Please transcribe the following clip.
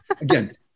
again